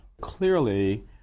Clearly